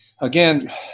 again